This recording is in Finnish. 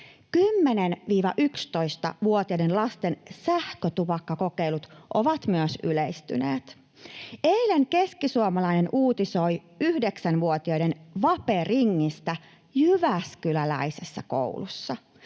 10—11-vuotiaiden lasten sähkötupakkakokeilut ovat yleistyneet. Eilen Keskisuomalainen uutisoi 9-vuotiaiden vaperingistä jyväskyläläisessä koulussa